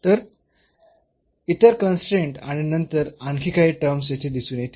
तर इतर कन्स्ट्रेन्ट आणि नंतर आणखी काही टर्म्स येथे दिसून येतील